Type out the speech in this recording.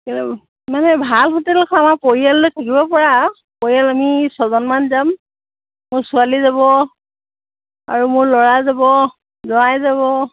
মানে ভাল হোটেল এখন আমাৰ পৰিয়াল লৈ থাকিব পৰা আৰু পৰিয়াল আমি ছজনমান যাম মোৰ ছোৱালী যাব আৰু মোৰ ল'ৰা যাব জোৱাই যাব